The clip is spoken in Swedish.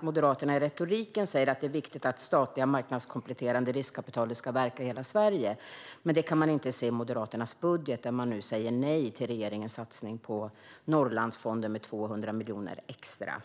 Moderaterna säger i retoriken att det är viktigt att det statliga marknadskompletterande riskkapitalet ska verka i hela Sverige, men det kan man inte se i Moderaternas budget, där man nu säger nej till regeringens satsning på Norrlandsfonden, med 200 miljoner extra.